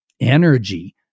energy